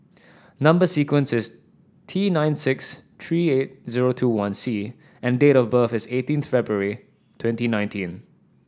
number sequence is T nine six three eight zero two one C and date of birth is eighteenth February twenty nineteen